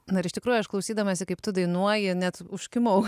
na ir iš tikrųjų aš klausydamasi kaip tu dainuoji net užkimau